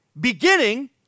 beginning